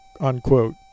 unquote